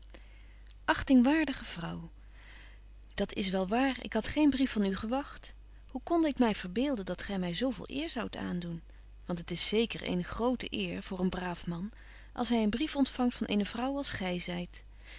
achtingwaardige vrouw dat is wel waar ik had geen brief van u gewagt hoe konde ik my verbeelden dat gy my zo veel eer zoudt aandoen want het is zeker eene grote eer voor een braaf man als hy een brief ontfangt van eene vrouw als gy